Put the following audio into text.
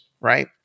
right